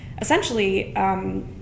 essentially